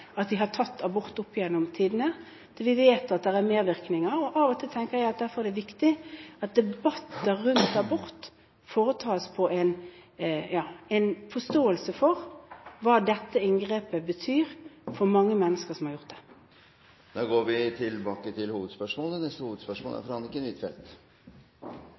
at de har tatt abort. Vi vet at det er mervirkninger, og av og til tenker jeg at derfor er det viktig at debatter rundt abort foretas med en forståelse for hva dette inngrepet betyr for mange mennesker som har gjort det. Da går vi videre til neste hovedspørsmål.